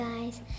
guys